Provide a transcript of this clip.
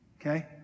Okay